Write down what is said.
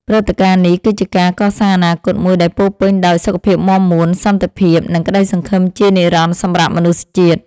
ព្រឹត្តិការណ៍នេះគឺជាការកសាងអនាគតមួយដែលពោរពេញដោយសុខភាពមាំមួន សន្តិភាព និងក្ដីសង្ឃឹមជានិរន្តរ៍សម្រាប់មនុស្សជាតិ។